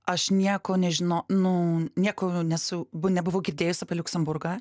aš nieko nežino nu nieko nesu bu nebuvau girdėjus apie liuksemburgą